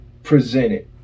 Presented